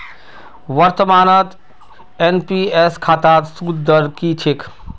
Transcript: वर्तमानत एन.पी.एस खातात सूद दर की छेक